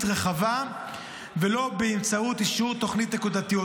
רחבה ולא באמצעות אישור תוכניות נקודתיות,